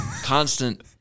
Constant